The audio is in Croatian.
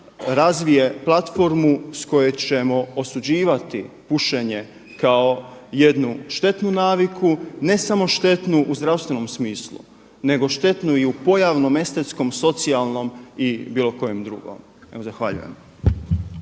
razvije platformu s koje ćemo osuđivati pušenje kao jednu štetnu naviku, ne samo štetnu u zdravstvenom smislu, nego štetnu i u pojavnom, estetskom, socijalnom i bilo kojem drugom. Evo zahvaljujem.